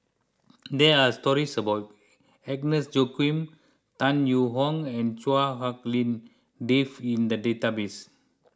there are stories about Agnes Joaquim Tan Yee Hong and Chua Hak Lien Dave in the database